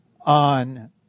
on